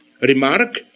remark